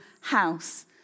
house